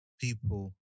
People